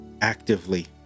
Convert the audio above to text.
Actively